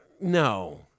no